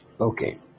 Okay